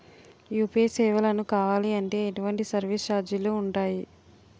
UPI సేవలను కావాలి అంటే ఎటువంటి సర్విస్ ఛార్జీలు ఉంటాయి?